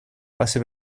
hace